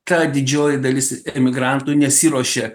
ta didžioji dalis emigrantų nesiruošia